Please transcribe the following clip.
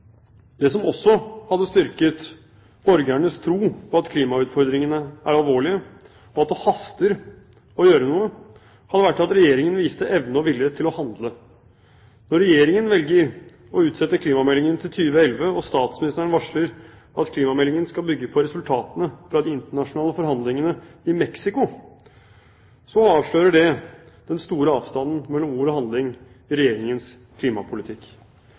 Det som også hadde styrket borgernes tro på at klimautfordringene er alvorlige og at det haster med å gjøre noe, hadde vært at Regjeringen viste evne og vilje til å handle. Når Regjeringen velger å utsette klimameldingen til 2011, og statsministeren varsler at klimameldingen skal bygge på resultatene fra de internasjonale forhandlingene i Mexico, avslører det den store avstanden mellom ord og handling i Regjeringens klimapolitikk.